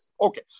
Okay